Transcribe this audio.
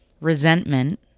resentment